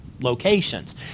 locations